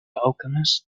alchemist